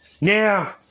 Now